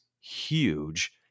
huge